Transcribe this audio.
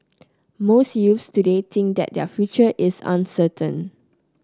most youths today think that their future is uncertain